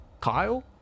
Kyle